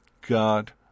God